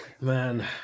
man